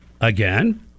Again